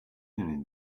دونین